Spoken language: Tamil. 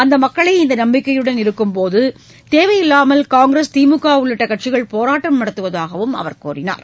அந்த மக்களே இந்த நம்பிக்கையுடன் இருக்கும்போது தேவையில்லாமல் காங்கிரஸ் திமுக உள்ளிட்ட கட்சிகள் போராட்டம் நடத்துவதாகவும் அவர் தெரிவித்தார்